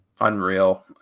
Unreal